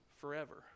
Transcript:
forever